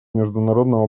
международного